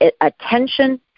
Attention